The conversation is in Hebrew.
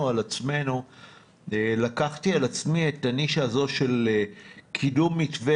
על עצמנו לקחתי על עצמי את הנישה הזו של קידום מתווה